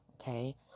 Okay